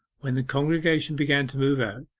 when the congregation began to move out,